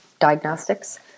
diagnostics